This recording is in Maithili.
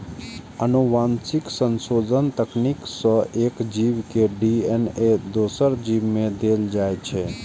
आनुवंशिक संशोधन तकनीक सं एक जीव के डी.एन.ए दोसर जीव मे देल जाइ छै